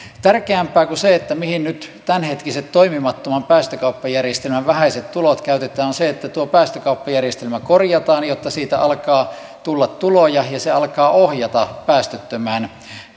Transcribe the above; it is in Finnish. tärkeämpää kuin se mihin nyt tämänhetkiset toimimattoman päästökauppajärjestelmän vähäiset tulot käytetään on se että tuo päästökauppajärjestelmä korjataan jotta siitä alkaa tulla tuloja ja se alkaa ohjata päästöttömään